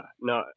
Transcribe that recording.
no